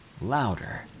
louder